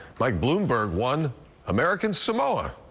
mike bloomberg won american samoa.